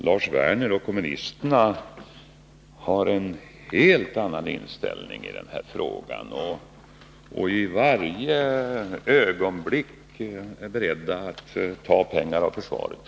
Lars Werner och kommunisterna har en helt annan inställning i den här frågan och är i varje ögonblick beredda att ta pengar av försvaret.